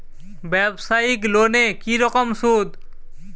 ব্যবসায়িক লোনে কি রকম সুদ?